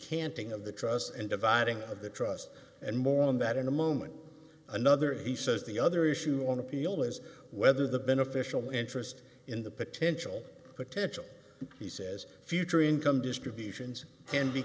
decanting of the trusts and dividing of the trust and more on that in a moment another he says the other issue on appeal was whether the beneficial interest in the potential potential he says future income distributions can be